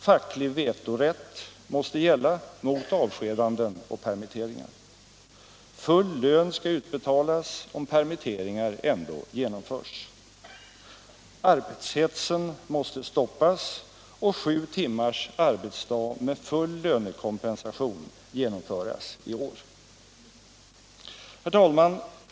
Facklig vetorätt måste gälla mot avskedanden och permitteringar. Full lön skall utbetalas om permitteringar ändå genomförs. Arbetshetsen måste stoppas och sju timmars arbetsdag med full lönekompensation genomföras i år. Herr talman!